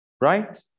right